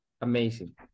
amazing